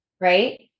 right